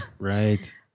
Right